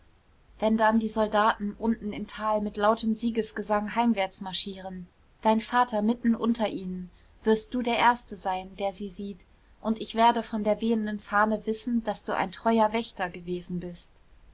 wenn dann die soldaten unten im tal mit lautem siegesgesang heimwärts marschieren dein vater mitten unter ihnen wirst du der erste sein der sie sieht und ich werde von der wehenden fahne wissen daß du ein treuer wächter gewesen bist